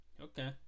Okay